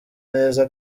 neza